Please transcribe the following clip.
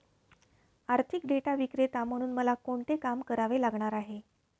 आर्थिक डेटा विक्रेता म्हणून मला कोणते काम करावे लागणार आहे?